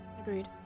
Agreed